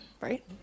right